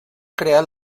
crear